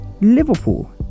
Liverpool